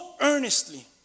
earnestly